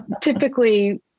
typically